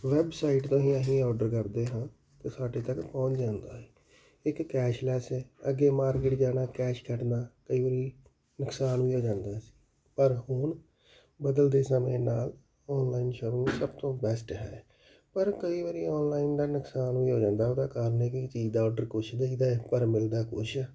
website ਅਸੀਂ order ਕਰਦੇ ਹਾਂ ਸਾਡੇ ਤੱਕ ਪਹੁੰਚ ਜਾਂਦਾ ਹੈ ਇੱਕ ਕੈਸ਼ਲੈਸ ਹੈ ਅੱਗੇ ਮਾਰਕੀਟ ਜਾਣਾ ਕੈਸ਼ ਕੱਢਣਾ ਕਈ ਵਾਰੀ ਨੁਕਸਾਨ ਵੀ ਹੋ ਜਾਂਦਾ ਸੀ ਪਰ ਹੁਣ ਬਦਲਦੇ ਸਮੇਂ ਨਾਲ ਔਨਲਾਈਨ ਸ਼ੋਪਿੰਗ ਸਭ ਤੋਂ ਬੈਸਟ ਹੈ ਪਰ ਕਈ ਵਾਰੀ ਔਨਲਾਈਨ ਦਾ ਨੁਕਸਾਨ ਵੀ ਹੋ ਜਾਂਦਾ ਉਹਦਾ ਕਾਰਨ ਇਹ ਚੀਜ਼ ਦਾ ਔਡਰ ਕੁਛ ਦਿਖਦਾ ਹੈ ਪਰ ਮਿਲਦਾ ਕੁਛ